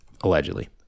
allegedly